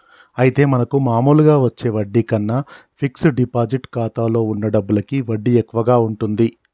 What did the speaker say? అయితే మనకు మామూలుగా వచ్చే వడ్డీ కన్నా ఫిక్స్ డిపాజిట్ ఖాతాలో ఉన్న డబ్బులకి వడ్డీ ఎక్కువగా ఉంటుంది